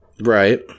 right